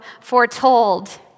foretold